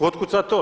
Otkud sad to?